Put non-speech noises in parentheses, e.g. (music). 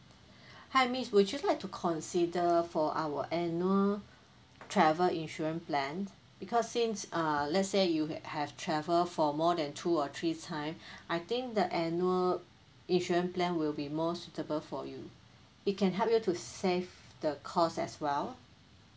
(breath) hi miss would you like to consider for our annual travel insurance plan because since uh let's say you have travel for more than two or three time (breath) I think the annual insurance plan will be more suitable for you it can help you to save the cost as well